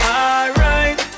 alright